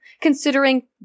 considering